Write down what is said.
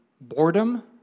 boredom